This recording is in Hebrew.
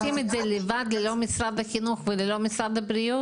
אתם עושים את זה לבד ללא משרד הבריאות וללא משרד החינוך?